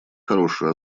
хорошую